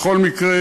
בכל מקרה,